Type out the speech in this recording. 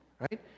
Right